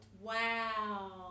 wow